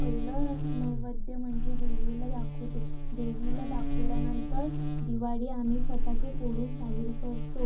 पहिलं नैवेद्य म्हणजे देवीला दाखोते देवीला दाखोल्यानंतर दिवाळी आम्ही फटाके फोडून साजरी करतो